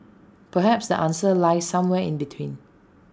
perhaps the answer lies somewhere in between